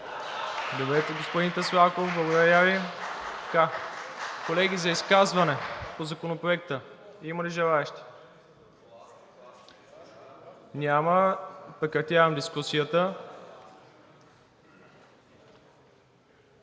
Добре, господин Таслаков, благодаря Ви. Колеги, за изказване по Законопроекта има ли желаещи? Няма. Прекратявам дискусията.